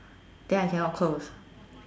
then I cannot close